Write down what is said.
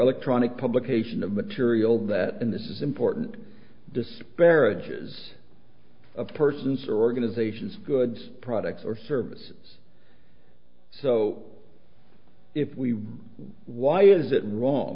electronic publication of material that in this is important disparages of persons or organizations goods products or services so if we why is it wrong